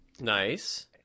Nice